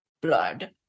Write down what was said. blood